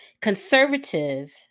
conservative